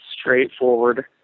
straightforward